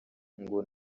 ngo